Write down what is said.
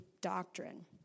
doctrine